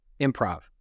improv